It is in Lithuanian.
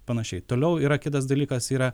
panašiai toliau yra kitas dalykas yra